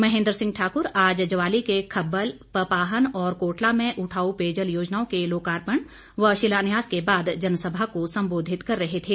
महेन्द्र सिंह ठाकुर आज ज्वाली के खब्बल पपाहन और कोटला में उठाऊ पेयजल योजनाओं के लोकार्पण व शिलान्यास के बाद जनसभा को संबोधित कर रहे थे